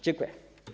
Dziękuję.